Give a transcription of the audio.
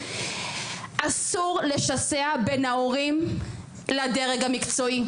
אסור לשסע בין ההורים לדרג המקצועי.